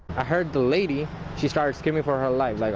i heard the lady she starts screaming for her life.